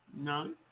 none